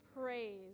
praise